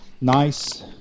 nice